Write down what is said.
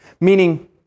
Meaning